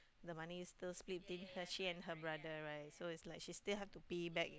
the money still split in she and her brother right so is like she still have to pay back